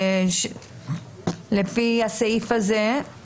לפי הסעיף הזה,